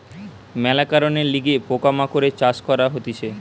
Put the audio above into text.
মেলা কারণের লিগে পোকা মাকড়ের চাষ করা হতিছে